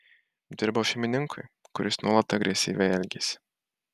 dirbau šeimininkui kuris nuolat agresyviai elgėsi